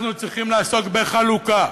אנחנו צריכים לעסוק בחלוקה,